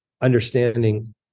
understanding